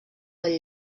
del